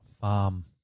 farm